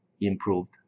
improved